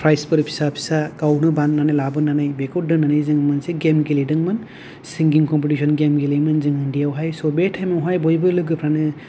prize for फिसा फिसा गावनो बानायनानै लाबोनानै बेखौ जों मोनसे गेम गेलेदोंमोन सिंगिं कमपिटिसन गेम गेलेयोमोन जों उन्दैयावहाय स' बे टाइमावहाय बयबो लोगोफ्रानो